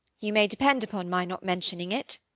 you may depend upon my not mentioning it.